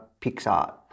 Pixar